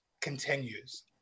continues